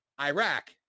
Iraq